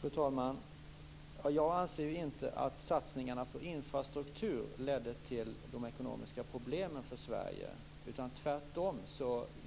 Fru talman! Jag anser inte att satsningarna på infrastruktur ledde till de ekonomiska problemen för Sverige. Tvärtom